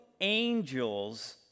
angels